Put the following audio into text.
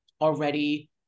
already